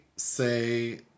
Say